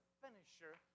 finisher